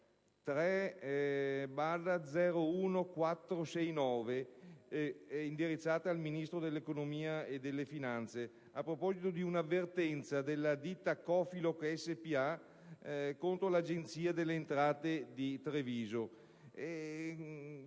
indirizzata al Ministro dell'economia e delle finanze, a proposito di una vertenza tra la ditta Cofiloc Spa e l'Agenzia delle entrate di Treviso.